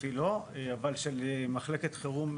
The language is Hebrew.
ספציפי לא, אבל של מחלקת חירום.